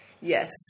Yes